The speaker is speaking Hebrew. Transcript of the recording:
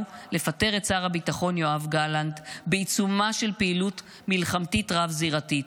לפטר את שר הביטחון יואב גלנט בעיצומה של פעילות מלחמתית רב-זירתית.